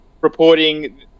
reporting